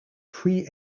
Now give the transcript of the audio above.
free